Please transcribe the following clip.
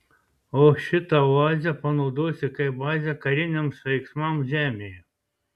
o šitą oazę panaudosi kaip bazę kariniams veiksmams žemėje